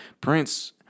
Prince